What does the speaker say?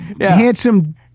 handsome